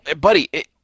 Buddy